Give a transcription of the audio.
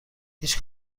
هیچ